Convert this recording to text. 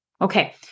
Okay